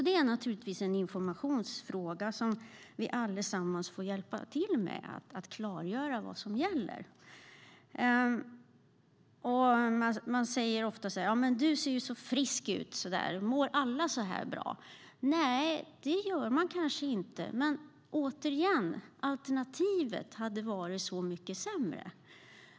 Det är naturligtvis en informationsfråga, där vi alla får hjälpas åt för att klargöra vad som gäller. Man säger ofta: Du ser ju så frisk ut - mår alla så här bra? Nej, det gör de kanske inte. Men återigen: Alternativet hade varit så mycket sämre.